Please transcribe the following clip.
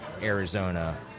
Arizona